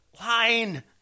line